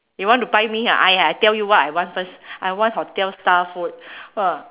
you want to buy me ha !aiya! I tell you what I want first I want hotel star food !wah!